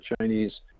Chinese